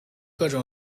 各种